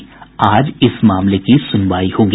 अब आज इस मामले की सुनवाई होगी